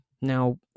Now